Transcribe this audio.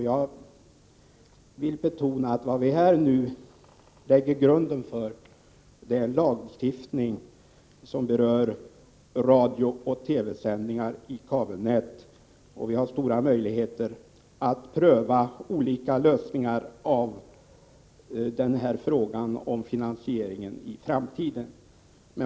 Jag vill betona att vad vi här nu lägger grunden till är en lagstiftning som berör radiooch TV-sändningar i kabelnät. och vi har stora möjligheter att pröva olika lösningar när det gäller finansieringen i framtiden.